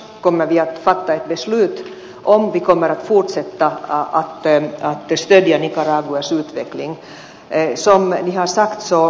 i höst kommer vi att fatta beslut om vi kommer att fortsätta att stödja nicaraguas utveckling